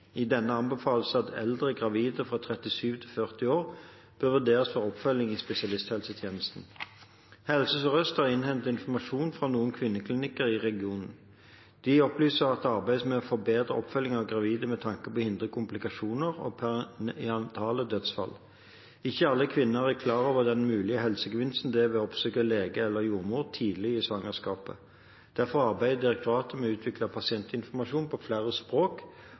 I denne anbefales det at eldre gravide i alderen 37–40 år bør vurderes for oppfølging i spesialisthelsetjenesten. Helse Sør-Øst har innhentet informasjon fra noen av kvinneklinikkene i regionen. De opplyser at det arbeides med å forbedre oppfølgingen av gravide med tanke på å hindre komplikasjoner og perinatale dødsfall. Ikke alle kvinner er klar over den mulige helsegevinsten det er å oppsøke lege eller jordmor tidlig i svangerskapet. Derfor arbeider direktoratet med å utvikle pasientinformasjon på flere språk